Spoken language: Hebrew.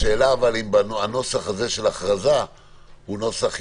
האם הנוסח הזה של ההכרזה הוא יותר